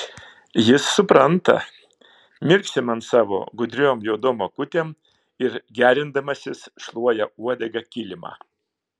jis supranta mirksi man savo gudriom juodom akutėm ir gerindamasis šluoja uodega kilimą